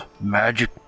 magic